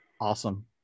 Awesome